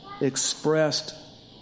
expressed